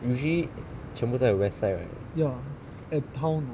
usually 全部在 west side right